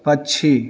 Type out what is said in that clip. पक्षी